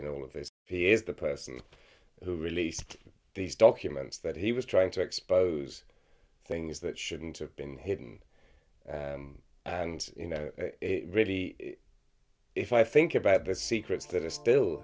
this he is the person who released these documents that he was trying to expose things that shouldn't have been hidden and you know really if i think about the secrets that are still